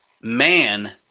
man